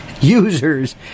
users